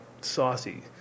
saucy